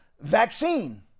vaccine